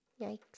Yikes